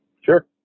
sure